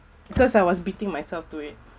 because I was beating myself to it